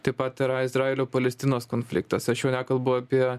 taip pat yra izraelio palestinos konfliktas aš jau nekalbu apie